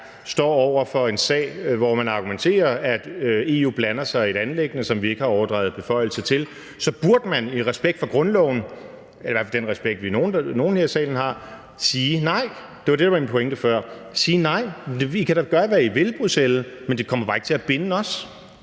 står over for en sag, hvor man argumenterer for, at EU blander sig i et anliggende, som vi ikke har overdraget beføjelse til, burde man i respekt for grundloven – i hvert fald den respekt, vi er nogle her i salen der har – sige nej. Det var det, der var min pointe før. Man kunne sige: I kan da gøre, hvad I vil, Bruxelles, men det kommer bare ikke til at binde os.